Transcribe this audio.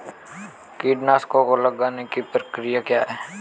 कीटनाशकों को लगाने की सही प्रक्रिया क्या है?